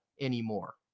anymore